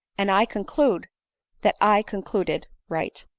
and i conclude that i concluded right.